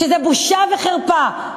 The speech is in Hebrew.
שזה בושה וחרפה.